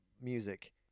Music